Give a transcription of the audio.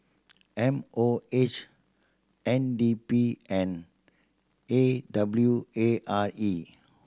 M O H N D P and A W A R E